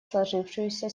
сложившуюся